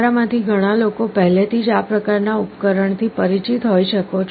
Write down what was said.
તમારામાંથી ઘણા લોકો પહેલેથી જ આ પ્રકાર ના ઉપકરણથી પરિચિત હોઈ શકો છો